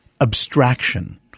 abstraction